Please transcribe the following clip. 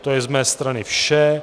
To je z mé strany vše.